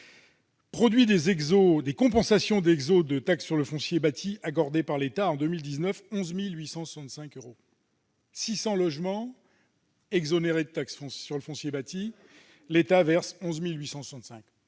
Produit des compensations d'exonérations de taxe sur le foncier bâti accordées par l'État en 2019 : 11 865 euros ! Donc, pour 600 logements exonérés de taxe sur le foncier bâti, l'État verse 11 865